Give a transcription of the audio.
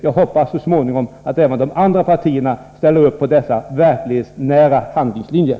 Jag hoppas att även de övriga partierna så småningom ansluter sig till dessa verklighetsnära handlingslinjer.